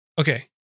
Okay